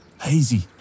hazy